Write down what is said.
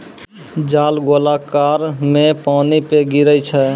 जाल गोलाकार मे पानी पे गिरै छै